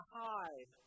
hide